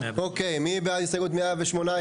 אוקיי, מי בעד הסתייגות 118?